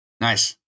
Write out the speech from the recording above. Nice